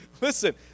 listen